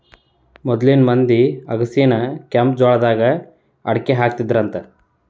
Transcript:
ಮೊದ್ಲಿನ ಮಂದಿ ಅಗಸಿನಾ ಕೆಂಜ್ವಾಳದಾಗ ಅಕ್ಡಿಹಾಕತ್ತಿದ್ರಂತ